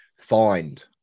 find